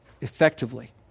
effectively